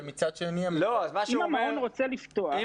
אם המעון רוצה לפתוח, הוא מוזמן לעשות זאת.